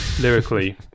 lyrically